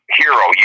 hero